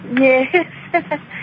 Yes